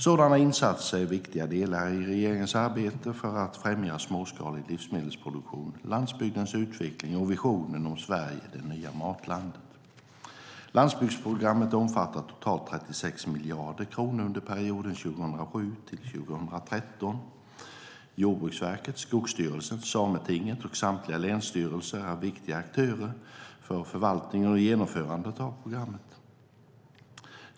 Sådana insatser är viktiga delar i regeringens arbete för att främja småskalig livsmedelsproduktion, landsbygdens utveckling och visionen om Sverige - det nya matlandet. Landsbygdsprogrammet omfattar totalt 36 miljarder kronor under perioden 2007-2013. Jordbruksverket, Skogsstyrelsen, Sametinget och samtliga länsstyrelser är viktiga aktörer för förvaltningen och genomförandet av programmet.